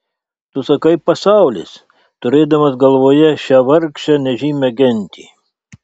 tu sakai pasaulis turėdamas galvoje šią vargšę nežymią gentį